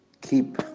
keep